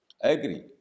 agree